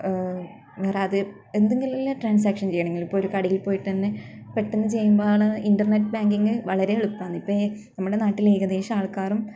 അന്നേരം അത് എന്തെങ്കിലും എല്ലാം ട്രാൻസാക്ഷൻ ചെയ്യണമെങ്കിലും ഇപ്പം ഒരു കടയിൽ പോയിട്ട് തന്നെ പെട്ടെന്ന് ചെയ്യുമ്പോൾ ആണ് ഒരു ഇൻ്റർനെറ്റ് ബാങ്കിങ്ങ് വളരെ എളുപ്പമാണ് ഇപ്പം നമ്മുടെ നാട്ടിൽ ഏകദേശം ആൾക്കാറും